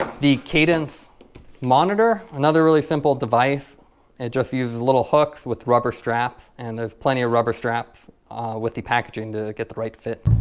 the cadence monitor is another really simple device it just uses little hooks with rubber straps and there's plenty of rubber straps with the packaging to get the right fit.